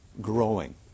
growing